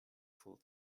full